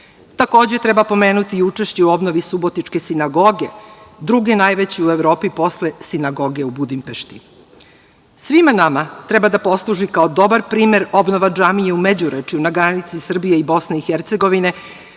Takođe, treba pomenuti i učešće u obnovi Subotičke sinagoge, druge najveće u Evropi posle sinagoge u Budimpešti. Svima nama treba da posluži kao dobar primer obnova džamije u Međurečju, na granici Srbije i BiH koju